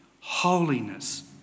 holiness